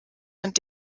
und